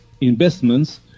investments